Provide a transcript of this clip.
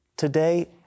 Today